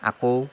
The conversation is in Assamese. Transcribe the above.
আকৌ